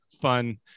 fun